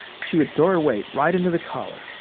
she would throw her weight right into the collar,